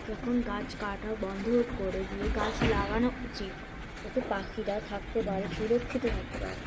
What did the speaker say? এখন গাছ কাটা বন্ধ করে দিয়ে গাছ লাগানো উচিত যাতে পাখিরা থাকতে পারে সুরক্ষিত থাকতে পারে